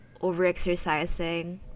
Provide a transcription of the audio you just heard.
overexercising